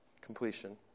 completion